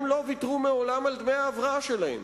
הם לא ויתרו מעולם על דמי ההבראה שלהם.